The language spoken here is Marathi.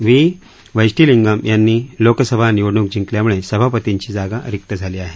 व्ही वैष्टिलींगम यांनी लोकसभा निवडणूक जिंकल्यामुळ सभापतींची जागा रिक्त झाली आहे